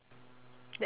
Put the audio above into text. then